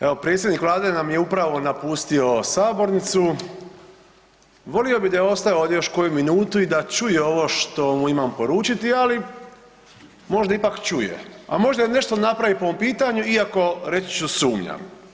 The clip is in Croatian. Evo predsjednik Vlade nam je upravo napustio sabornicu, volio bi da je ostao ovdje još koju minutu i da čuje ovo što mu imam poručiti ali možda ipak čuje a možda i nešto napravi po ovom pitanju iako reći ću, sumnjam.